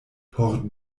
por